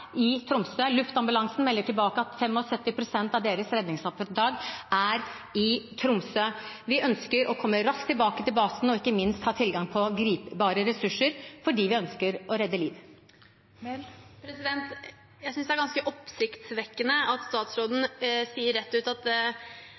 i Tromsø. Luftambulansen melder tilbake at 75 pst. av deres redningsoppdrag er i Tromsø. Vi ønsker å komme raskt tilbake til basen og ikke minst ha tilgang på gripbare ressurser fordi vi ønsker å redde liv. Jeg synes det er ganske oppsiktsvekkende at statsråden